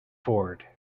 forward